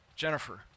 Jennifer